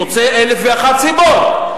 מוצא אלף ואחת סיבות,